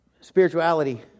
Spirituality